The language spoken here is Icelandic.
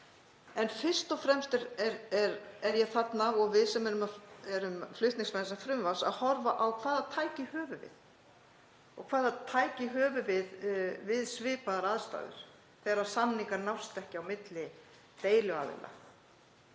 En fyrst og fremst er ég þarna, og við sem erum flutningsmenn þessa frumvarps, að horfa á hvaða tæki við höfum og hvaða tæki við höfum við svipaðar aðstæður þegar samningar nást ekki á milli deiluaðila.